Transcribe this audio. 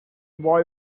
boy